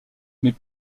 mais